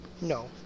No